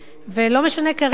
ולא משנה כרגע